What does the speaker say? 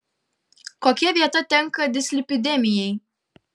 kokia vieta tenka dislipidemijai